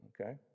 okay